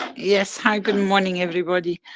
yes, hi good morning everybody,